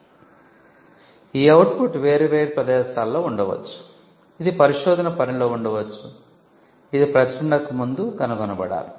ఇప్పుడు ఈ అవుట్పుట్ వేర్వేరు ప్రదేశాలలో ఉండవచ్చు ఇది పరిశోధన పనిలో ఉండవచ్చు ఇది ప్రచురణకు ముందు కనుగొనబడాలి